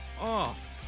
off